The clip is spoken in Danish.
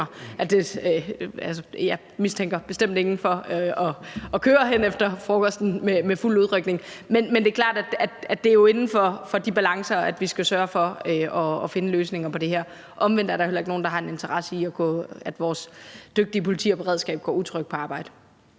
jeg mistænker bestemt ingen for at køre hen efter frokosten med fuld udrykning. Men det er klart, at det jo er inden for de balancer, vi skal sørge for at finde løsninger på det her. Omvendt er der jo heller ikke nogen, der har interesse i, at vores dygtige politi og beredskab går utrygge på arbejde.